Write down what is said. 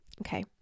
Okay